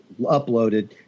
uploaded